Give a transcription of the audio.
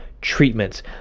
treatments